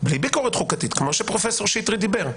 בלי ביקורת חוקתית, כמו שפרופ' שטרית אמר.